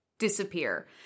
Disappear